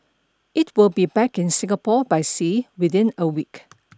it will be back in Singapore by sea within a week